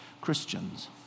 Christians